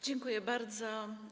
Dziękuję bardzo.